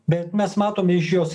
bet mes matome iš jos